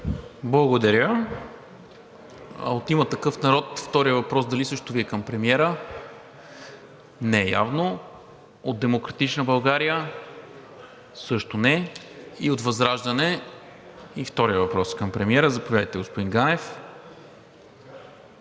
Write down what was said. Благодаря. От „Има такъв народ“, вторият въпрос дали също Ви е към премиера? (Реплика.) Не, явно. От „Демократична България“? Също не. И от ВЪЗРАЖДАНЕ? И вторият въпрос е към премиера. Заповядайте, господин Ганев.